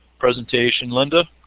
presentation, lynda?